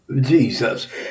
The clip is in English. Jesus